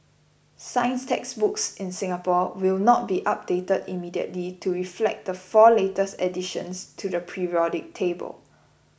science textbooks in Singapore will not be updated immediately to reflect the four latest additions to the periodic table